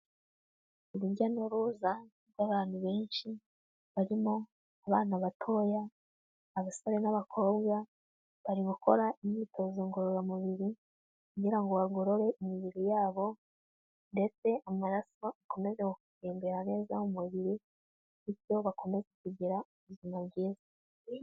Urujya n'uruza rw'abantu benshi barimo abana batoya, abasore n'abakobwa, bari gukora imyitozo ngororamubiri kugira ngo bagorore imibiri yabo ndetse amaraso akomeze gutembera neza umubiri, bityo bakomeze kugira ubuzima bwiza.